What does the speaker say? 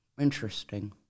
Interesting